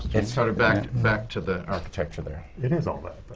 it's sort of back back to the architecture there. it is all that,